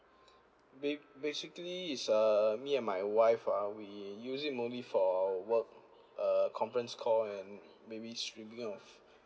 ba~ basically is uh me and my wife uh we use it only for work uh conference call and maybe streaming of